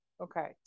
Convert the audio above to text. Okay